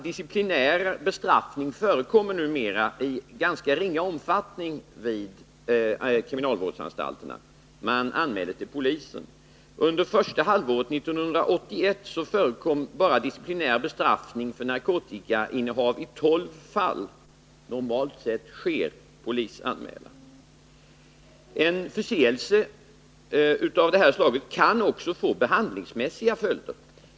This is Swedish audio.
Disciplinär bestraffning förekommer numera i ganska ringa omfattning vid kriminalvårdsanstalterna. Man anmäler fallen till polisen. Under första halvåret 1981 förekom disciplinär bestraffning för narkotikainnehav bara i tolv fall — normalt görs polisanmälan. En förseelse av det här slaget kan också få behandlingsmässiga följder.